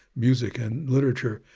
music and literature.